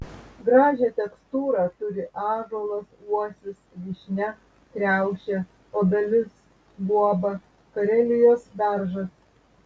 gražią tekstūrą turi ąžuolas uosis vyšnia kriaušė obelis guoba karelijos beržas